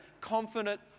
confident